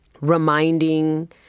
reminding